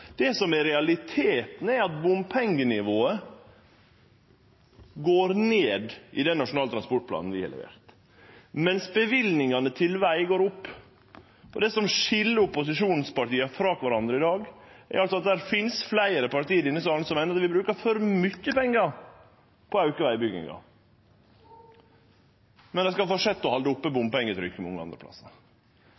Det som er realiteten, er at bompengenivået går ned i den nasjonale transportplanen vi har levert, mens løyvingane til veg går opp. Det som skil opposisjonspartia frå kvarandre i dag, er altså at det finst fleire parti i denne salen som meiner at vi brukar for mykje pengar på å auke vegbygginga, men dei skal fortsetje å halde oppe